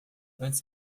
antes